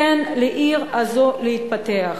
תן לעיר הזאת להתפתח.